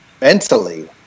mentally